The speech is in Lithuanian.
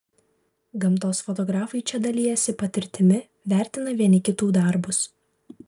gamtos fotografai čia dalijasi patirtimi vertina vieni kitų darbus